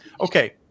Okay